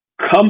come